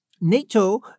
NATO